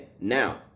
now